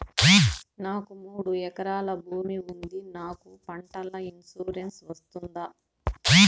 నాకు మూడు ఎకరాలు భూమి ఉంది నాకు పంటల ఇన్సూరెన్సు వస్తుందా?